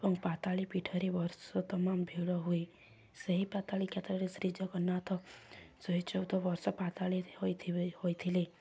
ଏବଂ ପାତାଳି କ୍ଷେତ୍ରରେ ବର୍ଷ ତମାମ ଭିଡ଼ ହୁଏ ସେହି ପାତାଳି କ୍ଷେତ୍ରରେ ଶ୍ରୀ ଜଗନ୍ନାଥ ଶହେ ଚଉଦ ବର୍ଷ ପାତାଳି ହୋଇଥିଲେ